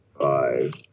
Five